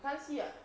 can't see [what]